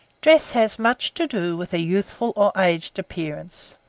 dress has much to do with a youthful or aged appearance.